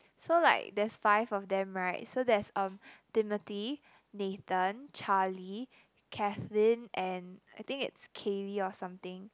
so like there's five of them right so there's um Timothy Nathan Charlie Kathleen and I think it's Kaely or something